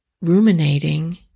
ruminating